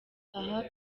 aha